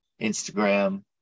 instagram